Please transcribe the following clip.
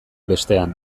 bestean